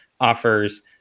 offers